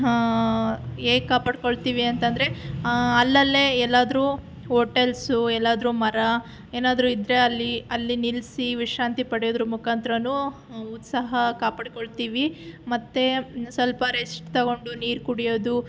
ಹೇಗೆ ಕಾಪಾಡಿಕೊಳ್ತೀವಿ ಅಂತಂದರೆ ಅಲ್ಲಲ್ಲೇ ಎಲ್ಲಾದರೂ ಹೋಟೆಲ್ಸು ಎಲ್ಲಾದರೂ ಮರ ಏನಾದರೂ ಇದ್ದರೆ ಅಲ್ಲಿ ಅಲ್ಲಿ ನಿಲ್ಲಿಸಿ ವಿಶ್ರಾಂತಿ ಪಡೆಯೋದರ ಮುಖಾಂತರನೂ ಉತ್ಸಾಹ ಕಾಪಾಡಿಕೊಳ್ತೀವಿ ಮತ್ತೆ ಸ್ವಲ್ಪ ರೆಸ್ಟ್ ತೊಗೊಂಡು ನೀರು ಕುಡಿಯೋದು